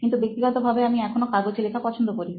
কিন্তু ব্যক্তিগতভাবে আমি এখনো কাগজে লেখা পছন্দ করি